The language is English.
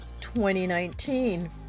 2019